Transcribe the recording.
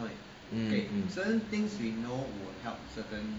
mm